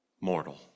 Mortal